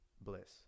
bliss